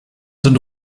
sind